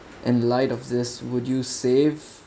in light of this would you save